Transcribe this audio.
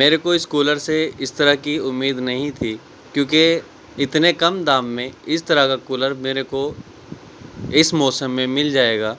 میرے کو اس کولر سے اس طرح کی امید نہیں تھی کیونکہ اتنے کم دام میں اس طرح کا کولر میرے کو اس موسم میں مل جائے گا